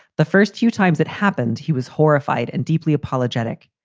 the first few times it happened, he was horrified and deeply apologetic.